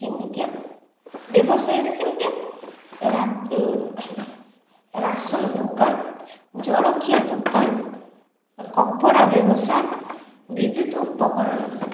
ଯେମିତି ବ୍ୟବସାୟରେ ସେମିତି ରାସନ ଦୋକାନ ଜଳଖିଆ ଦୋକାନ କପଡ଼ା ବ୍ୟବସାୟ ବିଦ୍ୟୁତ ଉପକରଣ